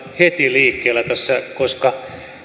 heti liikkeellä tässä koska